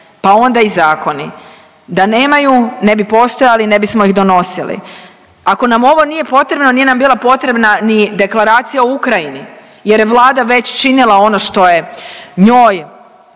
pa onda i zakoni, da nemaju ne bi postojali, ne bismo ih donosili. Ako nam ovo nije potrebno nije nam bila potrebna ni Deklaracija o Ukrajini jer je Vlada već činila ono što je njoj